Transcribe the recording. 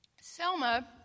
Selma